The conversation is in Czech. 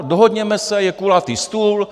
Dohodněme se, je kulatý stůl.